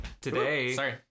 today